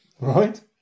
Right